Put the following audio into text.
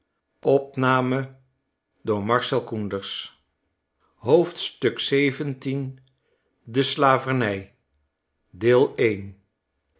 kort de slavernij